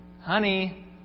Honey